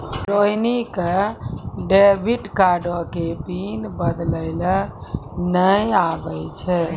रोहिणी क डेबिट कार्डो के पिन बदलै लेय नै आबै छै